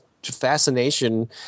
fascination